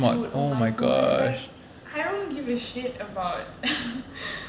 dude oh my god like I don't give a shit about